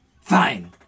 Fine